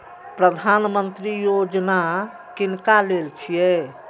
प्रधानमंत्री यौजना किनका लेल छिए?